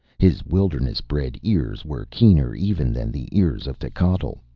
his wilderness-bred ears were keener even than the ears of techotl,